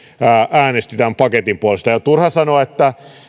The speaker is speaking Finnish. äänesti tämän paketin puolesta ja on turha sanoa että